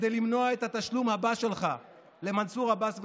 כדי למנוע את התשלום הבא שלך למנסור עבאס וחבריו.